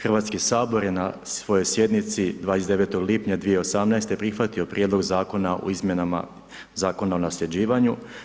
Hrvatski sabor je na svojoj sjednici 29. lipnja 2018. prihvatio prijedlog Zakona o izmjenama zakona o nasljeđivanju.